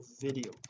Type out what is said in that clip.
video